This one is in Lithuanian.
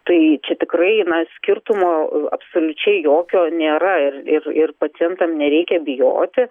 tai čia tikrai na skirtumo absoliučiai jokio nėra ir ir ir pacientam nereikia bijoti